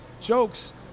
jokes